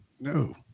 No